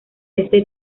este